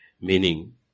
Meaning